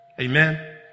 Amen